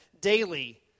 daily